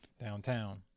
downtown